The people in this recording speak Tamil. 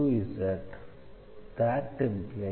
zz334